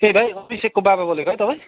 ए भाइ अभिषेकको बाबा बोलेको है तपाईँ